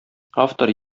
автор